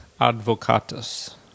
advocatus